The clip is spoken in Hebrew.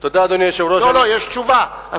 לא, לא, יש תשובה.